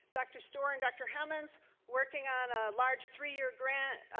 dr. store and dr. helpings working on a large three-year grant,